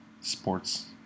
Sports